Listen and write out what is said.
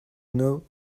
know